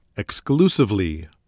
exclusively